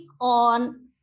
on